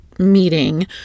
meeting